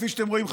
כפי שאתם רואים,